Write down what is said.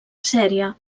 sèrie